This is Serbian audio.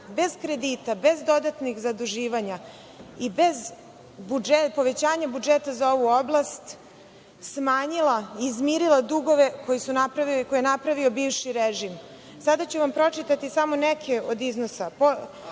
bez kredita, bez dodatnih zaduživanja i bez povećanja budžeta za ovu oblast, smanjilo i izmirilo dugove koje je napravio bivši režim. Sada ću vam pročitati samo neke od iznosa.